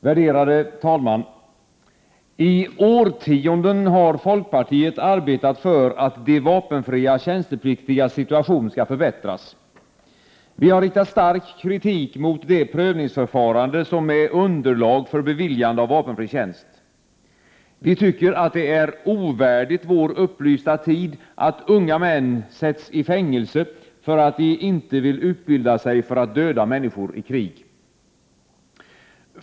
Värderade talman! I årtionden har folkpartiet arbetat för att de vapenfria tjänstepliktigas situation skall förbättras. Vi har riktat stark kritik mot det prövningsförfarande som är underlag för beviljande av vapenfri tjänst. Vi tycker att det är ovärdigt vår upplysta tid att unga män sätts i fängelse för att de inte vill utbilda sig för att döda människor i krig.